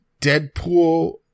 Deadpool